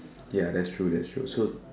ya that's true that's true so